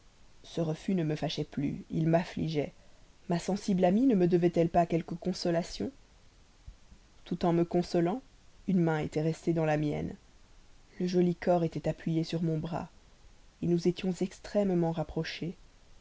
ce refus ne me fâchait plus il m'affligeait ma sensible amie ne me devait-elle pas quelques consolations tout en me consolant une main était restée dans la mienne le joli corps était appuyé sur mon bras nous étions extrêmement rapprochés